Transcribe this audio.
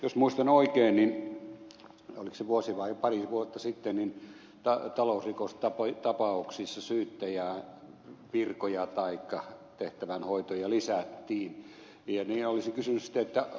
jos muistan oikein talousrikostapauksissa oliko se vuosi vai pari vuotta sitten syyttäjän virkoja taikka tehtävän hoitoja yritettiin lisätä